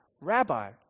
Rabbi